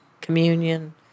communion